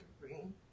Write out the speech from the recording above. green